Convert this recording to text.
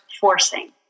forcing